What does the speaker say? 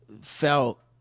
felt